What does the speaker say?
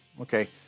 Okay